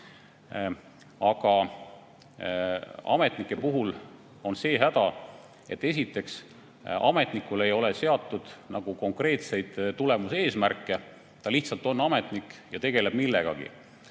Aga ametnike puhul on see häda, et esiteks, ametnikule ei seata konkreetseid tulemusi, eesmärke, ta lihtsalt on ametnik ja tegeleb millegagi.